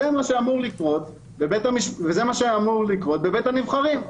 זה תהליך שאמור לקרות בבית הנבחרים.